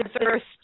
first